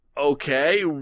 okay